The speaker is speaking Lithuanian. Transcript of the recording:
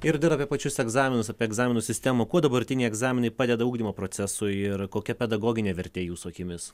ir dar apie pačius egzaminus apie egzaminų sistemą kuo dabartiniai egzaminai padeda ugdymo procesui ir kokia pedagoginė vertė jūsų akimis